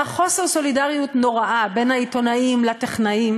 היה חוסר סולידריות נורא בין העיתונאים לטכנאים,